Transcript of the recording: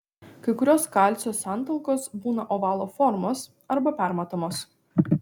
kai kurios kalcio santalkos būna ovalo formos arba permatomos